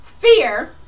fear